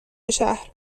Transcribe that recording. شهر